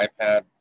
iPad